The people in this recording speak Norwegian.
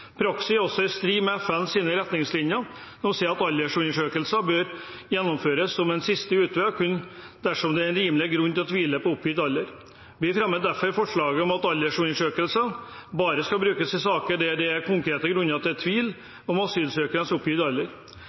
Praksis er altså i strid med FNs retningslinjer, som sier at aldersundersøkelser bør gjennomføres som en siste utvei og kun dersom det er rimelig grunn til å tvile på oppgitt alder. Vi fremmer derfor forslaget om at aldersundersøker bare skal brukes i saker der det er konkrete grunner til tvil om